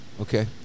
Okay